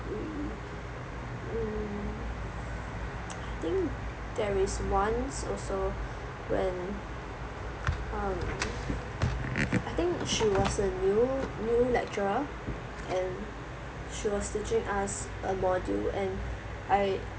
angry mm I think there is once also when um I think she was a new new lecturer and she was teaching us a module and I